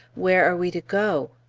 where are we to go?